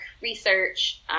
research